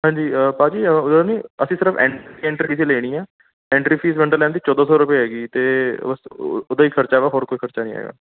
ਹਾਂਜੀ ਭਾਅ ਜੀ ਉਹ ਉਹਦਾ ਨੀ ਅਸੀਂ ਸਿਰਫ ਐਨ ਐਂਟਰ ਫੀਸ ਲੈਣੀ ਆ ਐਂਟਰੀ ਫੀਸ ਵੰਡਰਲੈਂਡ ਦੀ ਚੌਦਾਂ ਸੌ ਰੁਪਏ ਹੈਗੀ ਅਤੇ ਉ ਉਹਦਾ ਹੀ ਖਰਚਾ ਵਾ ਹੋਰ ਕੋਈ ਖਰਚਾ ਨਹੀਂ ਹੈਗਾ